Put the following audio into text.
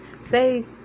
say